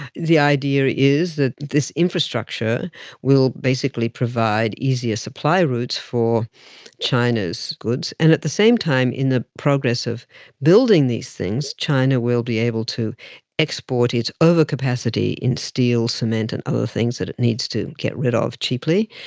the idea is that this infrastructure will basically provide easier supply routes for china's goods, and at the same time in the progress of building these things, china will be able to export its overcapacity in steel, cement, and other things that it needs to get rid ah of cheaply,